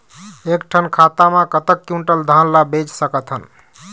एक ठन खाता मा कतक क्विंटल धान ला बेच सकथन?